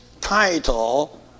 title